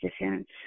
defense